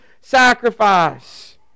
sacrifice